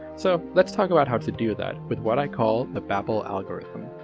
so let's talk about how to do that, with what i call the babel algorithm.